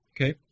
Okay